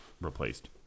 Replaced